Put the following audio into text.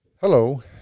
Hello